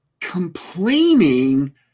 complaining